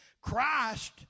Christ